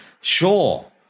Sure